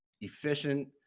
efficient